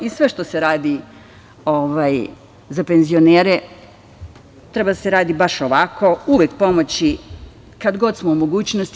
I sve što se radi za penzionere, treba da se radi baš ovako, uvek pomoći, kad god smo u mogućnosti.